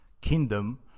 kingdom